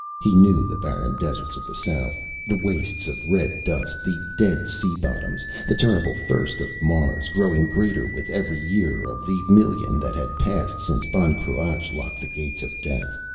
he knew the barren deserts of the south, the wastes of red dust, the dead sea bottoms the terrible thirst of mars, growing greater with every year of the million that had passed since ban cruach locked the gates of death.